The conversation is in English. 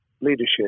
leadership